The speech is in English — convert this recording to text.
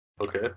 okay